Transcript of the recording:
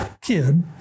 kid